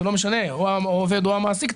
או מן העובד או מן המעסיק,